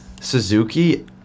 Suzuki